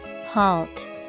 Halt